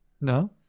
No